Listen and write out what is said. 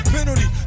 Penalty